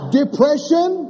depression